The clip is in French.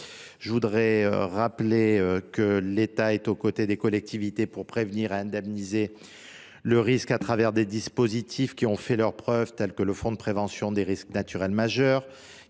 d’abord, je rappelle que l’État est aux côtés des collectivités pour prévenir et indemniser le risque avec des dispositifs qui ont fait leurs preuves, tels que le fonds de prévention des risques naturels majeurs